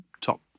top